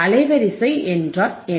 அலைவரிசை என்றால் என்ன